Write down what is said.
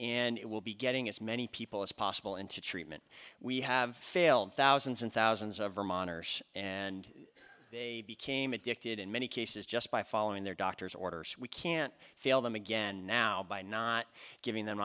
and it will be getting as many people as possible into treatment we have failed thousands and thousands of vermonters and they became addicted in many cases just by following their doctor's orders we can't fail them again now by not giving them